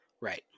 Right